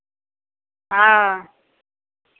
हँ